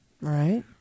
right